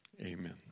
amen